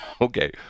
Okay